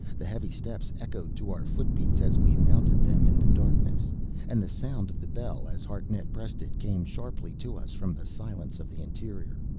the heavy steps echoed to our footbeats as we mounted them in the darkness and the sound of the bell, as hartnett pressed it came sharply to us from the silence of the interior.